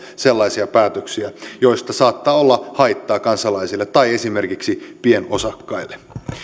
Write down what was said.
sellaisia päätöksiä joista saattaa olla haittaa kansalaisille tai esimerkiksi pienosakkaille